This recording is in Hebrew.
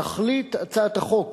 תכלית הצעת החוק